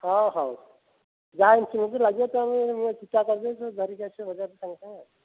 ହଁ ହେଉ ଯାହା କିଣିକି ଲଗାଇବୁ ସବୁ ଚିଠା କରିଦେବି ଧରିକି ଆସିବ ବଜାରରୁ ସାଙ୍ଗେ ସାଙ୍ଗ୍ ଆଉ